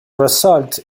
result